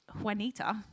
Juanita